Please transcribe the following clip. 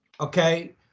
Okay